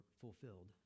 fulfilled